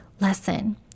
lesson